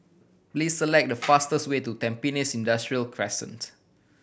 please select the fastest way to Tampines Industrial Crescent